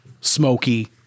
smoky